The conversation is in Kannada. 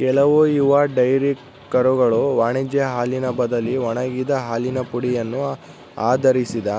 ಕೆಲವು ಯುವ ಡೈರಿ ಕರುಗಳು ವಾಣಿಜ್ಯ ಹಾಲಿನ ಬದಲಿ ಒಣಗಿದ ಹಾಲಿನ ಪುಡಿಯನ್ನು ಆಧರಿಸಿದ